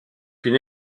une